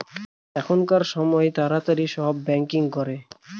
এখনকার সময় তাড়াতাড়ি সব ব্যাঙ্কিং করে